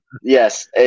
yes